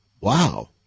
Wow